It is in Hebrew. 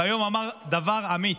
והיום אמר דבר אמיץ,